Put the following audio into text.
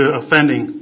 offending